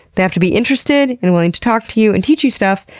they have to be interested and willing to talk to you and teach you stuff,